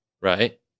right